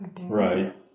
Right